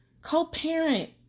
Co-parent